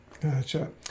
Gotcha